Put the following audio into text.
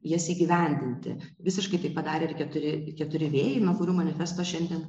jas įgyvendinti visiškai taip padarė ir keturi keturi vėjai nuo kurių manifesto šiandien